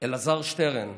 אלעזר שטרן,